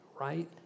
right